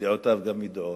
ודעותיו גם ידועות,